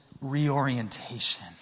reorientation